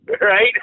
Right